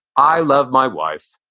i love my wife,